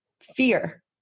fear